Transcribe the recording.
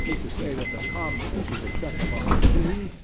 to say that the commons is a check upon the king,